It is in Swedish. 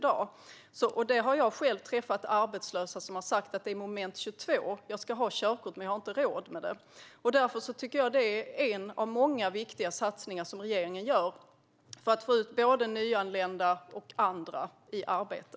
Jag har själv träffat arbetslösa som har sagt att det är moment 22: Jag måste ha körkort men har inte råd med det. Därför är detta en av många viktiga satsningar som regeringen gör för att få ut både nyanlända och andra i arbete.